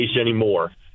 anymore